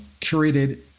curated